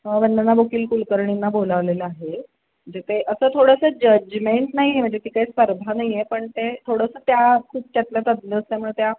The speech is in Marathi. वंदना बोकील कुलकर्णींना बोलावलेलं आहे जे ते असं थोडंसं जजमेंट नाही आहे म्हणजे ती काही स्पर्धा नाही आहे पण ते थोडंसं त्या खूप त्यातल्या तज्ञ असल्यामुळे त्या